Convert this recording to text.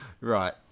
Right